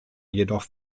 jedoch